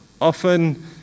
Often